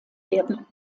werden